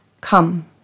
Come